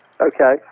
Okay